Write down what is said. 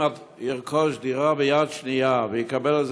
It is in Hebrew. אם הוא ירכוש דירה ביד-שנייה ויקבל על